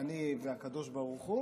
אני והקדוש ברוך הוא